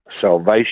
salvation